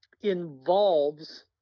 Involves